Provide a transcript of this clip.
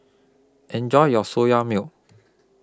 Enjoy your Soya Milk